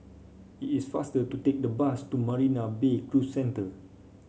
it is faster to take the bus to Marina Bay Cruise Centre